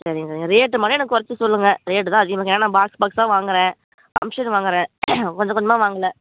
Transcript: சரிங்க நீங்கள் ரேட் மட்டும் எனக் குறச்சி சொல்லுங்க ரேட் தான் அதிகமாக இருக்குது ஏன்னா பாக்ஸ் பாக்ஸாக வாங்கிறேன் ஃபங்க்ஷனுக்கு வாங்கிறேன் கொஞ்சம் கொஞ்சமாக வாங்கலை